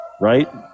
right